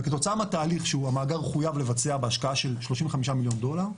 וכתוצאה מהתהליך שהמאגר חוייב לבצע בהשקעה של 35 מיליון דולר,